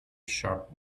sharp